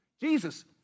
Jesus